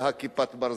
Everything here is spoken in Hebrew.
"כיפת ברזל".